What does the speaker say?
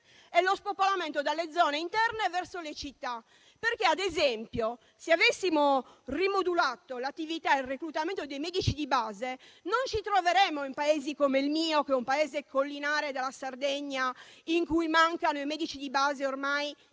e lo spopolamento dalle zone interne verso le città. Ad esempio, se avessimo rimodulato l'attività e il reclutamento dei medici di base, non ci troveremmo in paesi come il mio, un paese collinare della Sardegna, in cui mancano i medici di base ormai